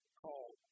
called